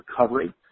recovery